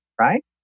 right